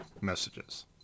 messages